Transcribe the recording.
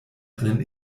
einen